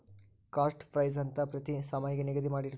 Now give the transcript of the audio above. cost price ಅಂತ ಪ್ರತಿ ಸಾಮಾನಿಗೆ ನಿಗದಿ ಮಾಡಿರ್ತರ